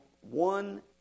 One